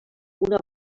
una